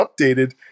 updated